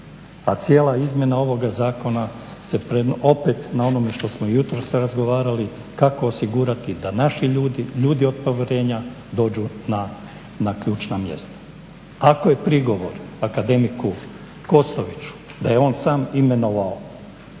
a cijela izmjena ovog zakona opet na onome što smo jutros razgovarali kako osigurati da naši ljudi, ljudi od povjerenja dođu na ključna mjesta. Ako je prigovor akademiku Kostoviću da je on sam imenovao